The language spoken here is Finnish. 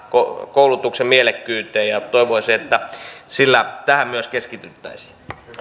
koulutuksen mielekkyyteen ja toivoisin että myös tähän keskityttäisiin